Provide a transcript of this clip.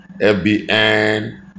FBN